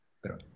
pero